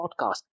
podcast